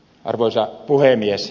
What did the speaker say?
arvoisa puhemies